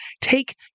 take